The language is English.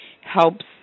helps